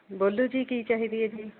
ਬੋਲੋ ਜੀ ਕੀ ਚਾਹੀਦੀ ਹੈ ਜੀ